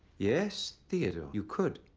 yes, theodore, you could,